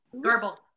Garble